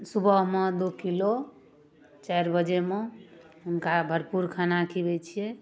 सुबहमे दू किलो चारि बजेमे हुनका भरपूर खाना खिबै छियै